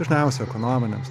dažniausia ekonominiams